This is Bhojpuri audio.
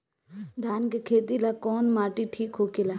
धान के खेती ला कौन माटी ठीक होखेला?